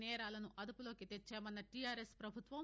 నేరాలను అదుపులోకి తెచ్చామన్న టీఆర్ఎస్ ప్రభుత్వం